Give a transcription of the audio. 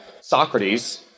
Socrates